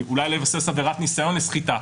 אולי לבסס עבירת ניסיון לסחיטה,